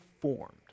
formed